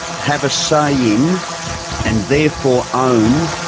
have a say in and therefore own,